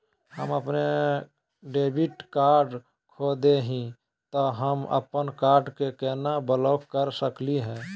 हम अपन debit card खो दे ही, त हम अप्पन कार्ड के केना ब्लॉक कर सकली हे?